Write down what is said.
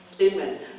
Amen